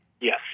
Yes